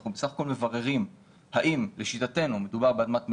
אנחנו בסך הכול מבררים האם לשיטתנו מדובר באדמת מדינה,